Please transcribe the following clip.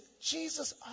Jesus